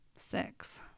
six